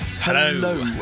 Hello